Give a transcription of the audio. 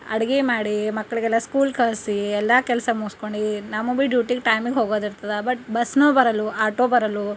ಅಡಿಗೆ ಮಾಡಿ ಮಕ್ಳಿಗೆಲ್ಲ ಸ್ಕೂಲ್ ಕಳಿಸಿ ಎಲ್ಲ ಕೆಲಸ ಮುಸ್ಕೊಂಡು ನಮಗೆ ಬಿ ಡ್ಯೂಟಿಗೆ ಟೈಮಿಗೆ ಹೋಗೋದಿರ್ತದೆ ಬಟ್ ಬಸ್ನೂ ಬರಲ್ವು ಆಟೋ ಬರಲ್ವು